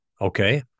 okay